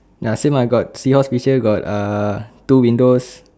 ya same lah got seahorse picture got uh two windows